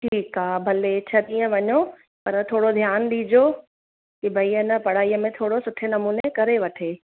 ठीकु आहे भले छह ॾींहं वञो पर थोरो ध्यानु ॾिजो की भई आहे न पढ़ाईअ में थोरे सुठे नमूने करे वठे